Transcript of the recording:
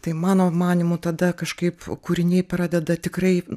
tai mano manymu tada kažkaip kūriniai pradeda tikrai